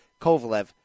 Kovalev